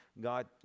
God